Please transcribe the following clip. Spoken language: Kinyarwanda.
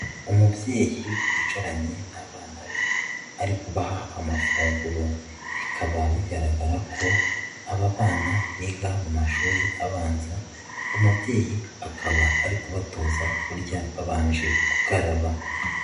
Umubyeyi wicaranye n'abana be ari kubaha amafunguro bikaba bigaragara ko aba bana biga mu mashuri abanza, umubyeyi akaba ari kubatoza kurya babanje gukaraba.